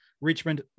Richmond